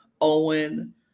Owen